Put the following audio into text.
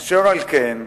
אשר על כן,